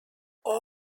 all